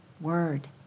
word